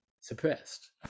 suppressed